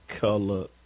color